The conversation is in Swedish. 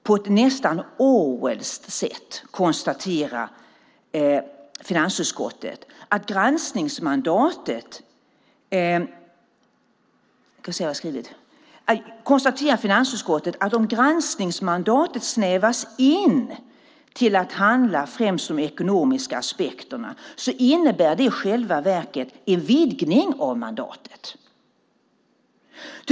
På ett nästan orwellskt sätt konstaterar finansutskottet att om granskningsmandatet snävas in till att handla främst om de ekonomiska aspekterna innebär det i själva verket en vidgning av mandatet.